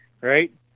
right